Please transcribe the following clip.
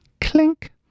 Clink